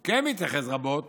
הוא כן התייחס רבות